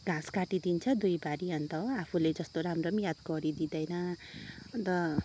घाँस काटिदिन्छ दुई भारी अन्त हो आफूले जस्तो राम्रो पनि याद गरिदिँदैन अन्त